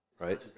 Right